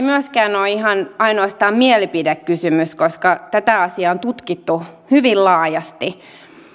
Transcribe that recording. myöskään ole ihan ainoastaan mielipidekysymys koska tätä asiaa on tutkittu hyvin laajasti